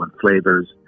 flavors